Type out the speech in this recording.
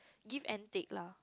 give and take lah